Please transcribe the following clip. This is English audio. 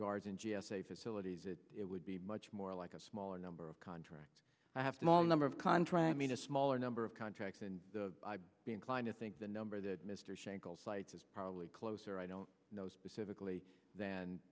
guards in g s a facilities it would be much more like a smaller number of contract i have them all number of contract mean a smaller number of contracts and i'd be inclined to think the number that mr shanklin cites is probably closer i don't know specifically than